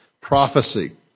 prophecy